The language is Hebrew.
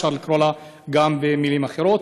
אפשר לקרוא לה גם במילים אחרות.